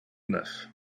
neuf